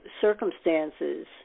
circumstances